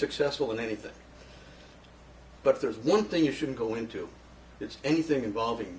successful in anything but there's one thing you shouldn't go into it's anything involving